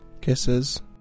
Kisses